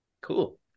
Cool